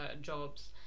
jobs